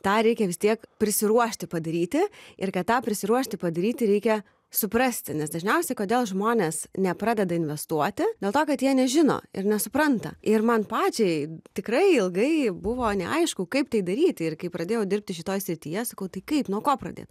tą reikia vis tiek prisiruošti padaryti ir kad tą prisiruošti padaryti reikia suprasti nes dažniausiai kodėl žmonės nepradeda investuoti dėl to kad jie nežino ir nesupranta ir man pačiai tikrai ilgai buvo neaišku kaip tai daryti ir kai pradėjau dirbti šitoj srityje sakau tai kaip nuo ko pradėt